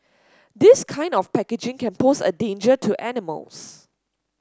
this kind of packaging can pose a danger to animals